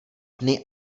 dny